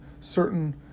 certain